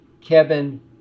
Kevin